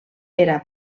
era